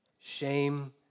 Shame